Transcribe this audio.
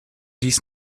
dies